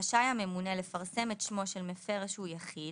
רשאי הממונה לפרסם את שמו של מפר שהוא יחיד